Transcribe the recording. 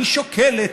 היא שוקלת,